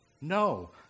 No